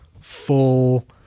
full